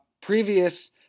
Previous